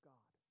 God